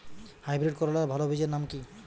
Hybrid করলার ভালো বীজের নাম কি?